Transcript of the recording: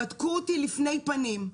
בדקו לפני ולפנים,